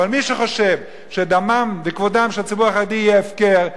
אבל מי שחושב שדמו וכבודו של הציבור החרדי יהיה הפקר,